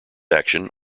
action